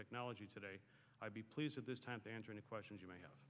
technology today please at this time to answer any questions you may have